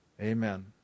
Amen